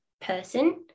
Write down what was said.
person